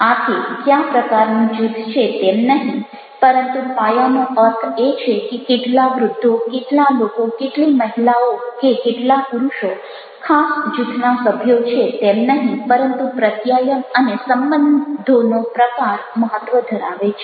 આથી કયા પ્રકારનું જૂથ છે તેમ નહિ પરંતુ પાયાનો અર્થ એ છે કે કેટલા વૃદ્ધો કેટલા લોકો કેટલી મહિલાઓ કે કેટલા પુરુષો ખાસ જૂથના સભ્યો છે તેમ નહિ પરંતુ પ્રત્યાયન અને સંબંધોનો પ્રકાર મહત્ત્વ ધરાવે છે